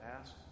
ask